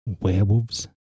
werewolves